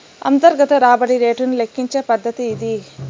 అంతర్గత రాబడి రేటును లెక్కించే పద్దతి ఇది